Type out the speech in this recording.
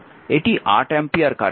এটি 8 ampere current